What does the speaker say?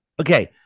Okay